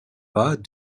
pas